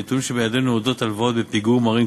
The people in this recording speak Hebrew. הנתונים שבידינו על הלוואות בפיגור מראים